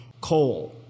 coal